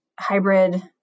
hybrid